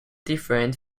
different